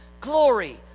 glory